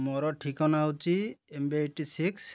ମୋର ଠିକଣା ହେଉଛି ଏମ୍ବି ଏଇଟି ସିକ୍ସ